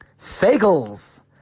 Fagels